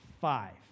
Five